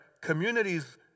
communities